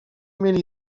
mieli